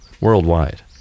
worldwide